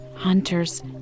hunters